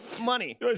Money